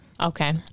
Okay